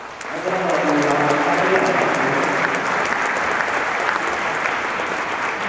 हां कन्नै बड़ा दूर जान असैं पैदल गै जाना असैं ठीक ऐ नी